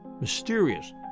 mysterious